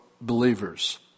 believers